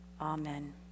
Amen